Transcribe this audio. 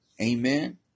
Amen